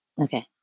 Okay